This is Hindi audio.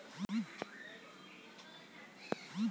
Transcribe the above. जनवरी माह में मुझे कितना ऋण भरना है?